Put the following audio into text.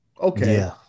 Okay